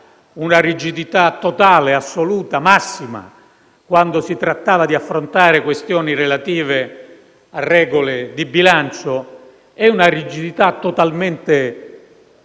Una rigidità totale, assoluta, massima, quando si trattava di affrontare questioni relative a regole di bilancio e una rigidità totalmente flessibile,